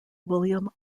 william